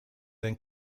than